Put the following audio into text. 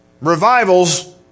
revivals